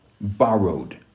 borrowed